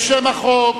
לשם החוק